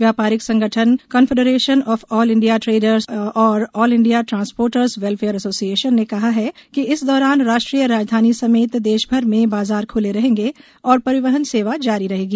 व्यापारिक संगठन confederation of all India traders और all India transporters welfare association ने कहा है कि इस दौरान राष्ट्रीय राजधानी समेत देश भर में बाजार खुले रहेंगे और परिवहन सेवा जारी रहेगी